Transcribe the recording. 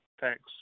thanks